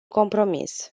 compromis